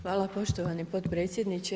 Hvala poštovani potpredsjedniče.